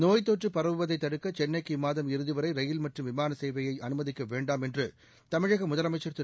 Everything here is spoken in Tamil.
நோய்த்தொற்று பரவுவதை தடுக்க சென்னைக்கு இம்மாதம் இறுதிவரை ரயில் மற்றும் விமானசேவை அனுமதிக்க வேண்டாம் என்று தமிழக முதலமைச்ச் திரு